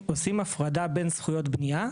עושים הפרדה בין זכויות בנייה,